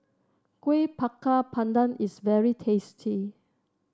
Kuih Bakar Pandan is very tasty